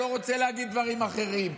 אני לא רוצה להגיד דברים אחרים.